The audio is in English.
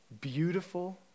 beautiful